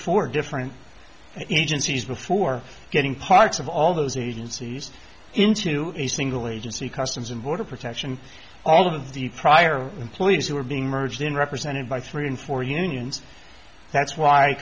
four different agencies before getting parts of all those agencies into a single agency customs and border protection all of the prior employees who are being merged in represented by three and four unions that's why